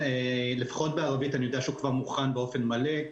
לפחות בערבית אני יודע שהוא כבר מוכן באופן מלא.